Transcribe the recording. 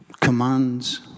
commands